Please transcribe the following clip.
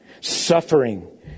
suffering